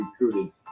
recruited